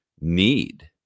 need